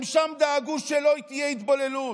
הם דאגו שלא תהיה שם התבוללות.